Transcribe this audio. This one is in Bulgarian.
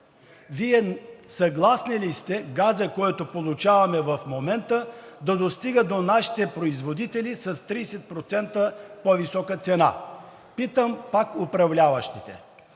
Вие съгласни ли сте газът, който получаваме в момента, да достига до нашите производители с 30% по-висока цена? Питам пак управляващите: